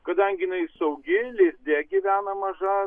kadangi jinai su augėliai lizde gyvena maža